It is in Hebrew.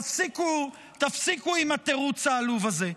תפסיקו עם התירוץ העלוב הזה.